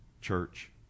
church